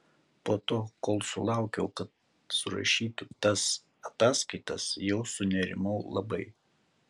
po to kol sulaukiau kad surašytų tas ataskaitas jau sunerimau labai